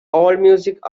allmusic